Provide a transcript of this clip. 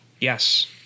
yes